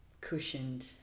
cushioned